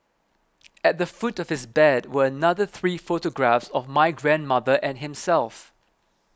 at the foot of his bed were another three photographs of my grandmother and himself